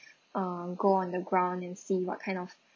um go on the ground and see what kind of